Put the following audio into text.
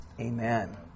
amen